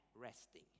resting